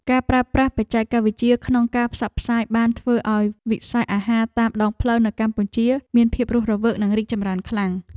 ការប្រើប្រាស់បច្ចេកវិទ្យាក្នុងការផ្សព្វផ្សាយបានធ្វើឱ្យវិស័យអាហារតាមដងផ្លូវនៅកម្ពុជាមានភាពរស់រវើកនិងរីកចម្រើនខ្លាំង។